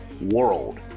world